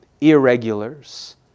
irregulars